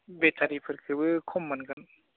बेटारिफोरखोबो खम मोनगोन